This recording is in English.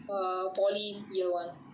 a polytechnic yar one